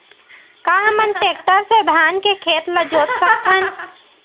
का हमन टेक्टर से धान के खेत ल जोत सकथन?